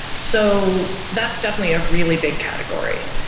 so that's definitely a really big category.